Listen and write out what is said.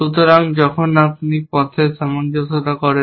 সুতরাং যখন আপনি পথের সামঞ্জস্যতা করেন